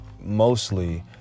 mostly